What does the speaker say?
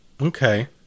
Okay